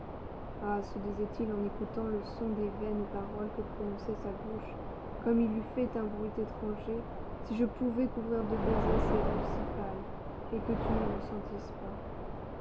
ah se disait-il en écoutant le son des vaines paroles que prononçait sa bouche comme il eût fait un bruit étranger si je pouvais couvrir de baisers ces joues si pâles et que tu ne le sentisses pas